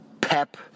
pep